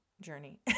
journey